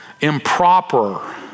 improper